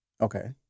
Okay